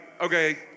okay